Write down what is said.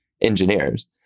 engineers